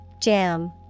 jam